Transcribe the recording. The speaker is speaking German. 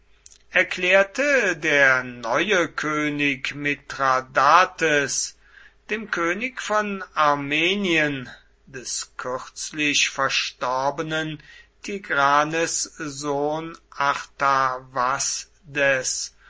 erklärte der neue könig mithradates dem könig von armenien des kürzlich verstorbenen tigranes sohn artavasdes